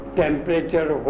temperature